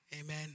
amen